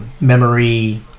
memory